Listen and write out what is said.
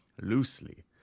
Loosely